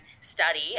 study